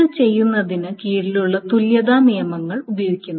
ഇത് ചെയ്യുന്നതിനു കീഴിലുള്ള തുല്യതാ നിയമങ്ങൾ ഉപയോഗിക്കുന്നു